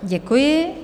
Děkuji.